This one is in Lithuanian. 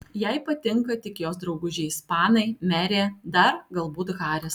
jai patinka tik jos draugužiai ispanai merė dar galbūt haris